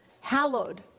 hallowed